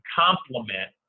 complement